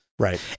Right